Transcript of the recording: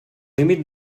límit